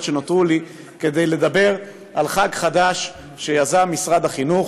שנותרו לי כדי לדבר על חג חדש שיזם משרד החינוך,